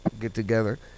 get-together